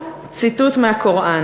לסיום, ציטוט מהקוראן: